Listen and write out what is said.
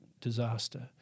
disaster